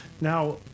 Now